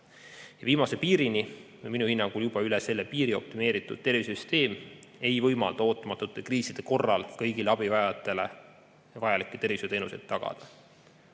Viimase piirini ja minu hinnangul juba üle selle piiri optimeeritud tervishoiusüsteem ei võimalda ootamatute kriiside korral kõigile abivajajatele vajalikke tervishoiuteenuseid tagada.